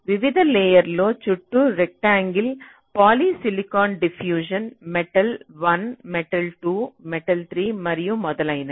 వివిధ లేయర్ల చుట్టూ rectangle polysilicon diffusion metal 1 metal 2 metal 3 మరియు మొదలైనవి